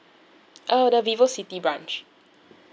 oh the vivocity branch